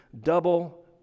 double